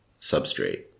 substrate